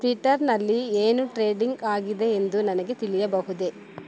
ಟ್ವಿಟರ್ನಲ್ಲಿ ಏನು ಟ್ರೇಡಿಂಗ್ ಆಗಿದೆ ಎಂದು ನನಗೆ ತಿಳಿಯಬಹುದೇ